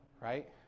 right